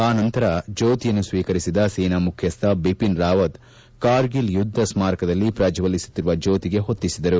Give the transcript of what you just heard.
ಆನಂತರ ಜ್ಯೋತಿಯನ್ನು ಸ್ವೀಕರಿಸಿದ ಸೇನಾ ಮುಖ್ಯಸ್ಥ ಬಿಪಿನ್ ರಾವತ್ ಕಾರ್ಗಿಲ್ ಯುದ್ಧ ಸ್ಮಾರಕದಲ್ಲಿ ಪ್ರಜ್ವಲಿಸುತ್ತಿರುವ ಜ್ಯೋತಿಗೆ ಹೊತ್ತಿಸಿದರು